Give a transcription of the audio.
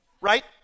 Right